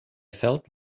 felt